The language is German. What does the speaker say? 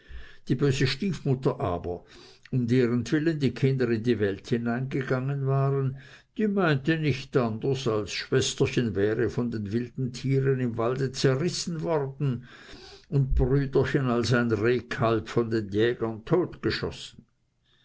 die böse stiefmutter aber um derentwillen die kinder in die welt hineingegangen waren die meinte nicht anders als schwesterchen wäre von den wilden tieren im walde zerrissen worden und brüderchen als ein rehkalb von den jägern totgeschossen